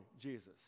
Jesus